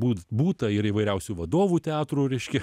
būt būta ir įvairiausių vadovų teatrų reiškia